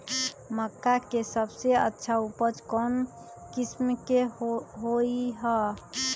मक्का के सबसे अच्छा उपज कौन किस्म के होअ ह?